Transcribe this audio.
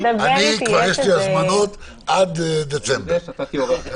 לי כבר יש הזמנות עד דצמבר.